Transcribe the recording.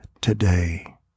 today